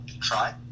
try